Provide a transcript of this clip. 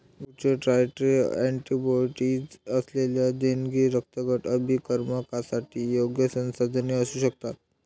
उच्च titre antibodies असलेली देणगी रक्तगट अभिकर्मकांसाठी योग्य संसाधने असू शकतात